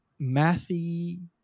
mathy